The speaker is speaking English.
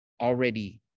already